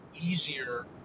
easier